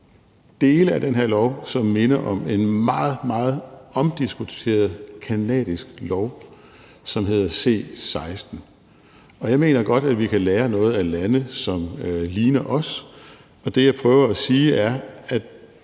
dele af det her lovforslag, som minder om en meget, meget omdiskuteret canadisk lov, som hedder C 16, og jeg mener godt, at vi kan lære noget af lande, som ligner os. Det, jeg prøver at sige, er,